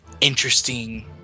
interesting